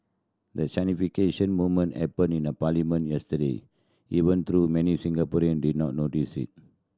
the moment happened in a parliament yesterday even though many Singaporean did not notice it